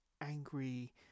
angry